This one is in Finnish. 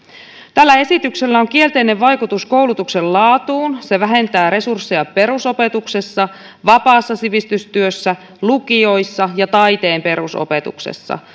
tällä esityksellä on kielteinen vaikutus koulutuksen laatuun se vähentää resursseja perusopetuksessa vapaassa sivistystyössä lukioissa ja taiteen perusopetuksessa